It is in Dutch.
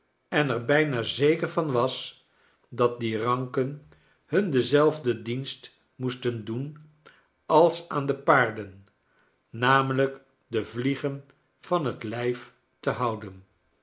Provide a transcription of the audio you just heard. en er bijna zeker van was dat die ranken hun denzelfden dienst moesten doen als aan de paarden namelijk de vliegen van het lyf te houden